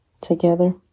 together